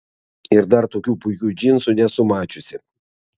ir dar tokių puikių džinsų nesu mačiusi